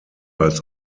als